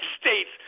States